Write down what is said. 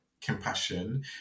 compassion